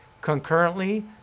Concurrently